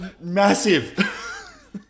Massive